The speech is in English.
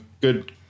Good